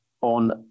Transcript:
on